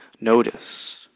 notice